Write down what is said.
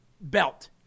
belt